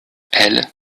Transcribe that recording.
elles